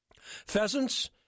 Pheasants